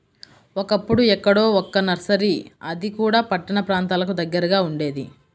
ఒకప్పుడు ఎక్కడో ఒక్క నర్సరీ అది కూడా పట్టణ ప్రాంతాలకు దగ్గరగా ఉండేది